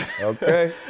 Okay